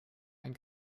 ein